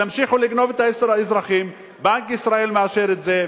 תמשיכו לגנוב את האזרחים; בנק ישראל מאשר את זה,